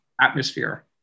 atmosphere